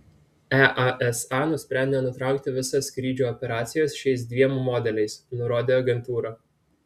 easa nusprendė nutraukti visas skrydžių operacijas šiais dviem modeliais nurodė agentūra